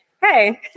Hey